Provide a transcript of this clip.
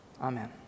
Amen